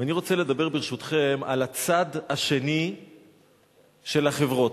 ואני רוצה לדבר, ברשותכם, על הצד השני של החברות.